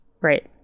Right